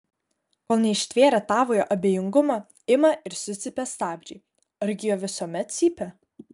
kol neištvėrę tavojo abejingumo ima ir sucypia stabdžiai argi jie visuomet cypia